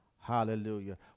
hallelujah